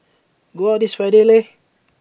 go out this Friday Lei